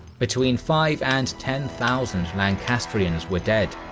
between five and ten thousand lancastrians were dead,